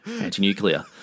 Anti-nuclear